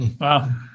wow